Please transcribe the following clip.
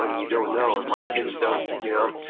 and you don't know. and my kids don't you know,